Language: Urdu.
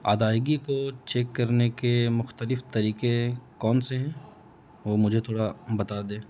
ادائیگی کو چیک کرنے کے مختلف طریقے کون سے ہیں وہ مجھے تھوڑا بتا دیں